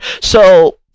So-